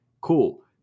Cool